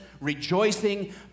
rejoicing